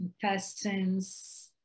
intestines